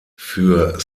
für